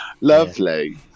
Lovely